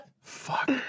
fuck